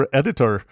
editor